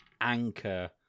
anchor